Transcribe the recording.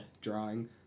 drawing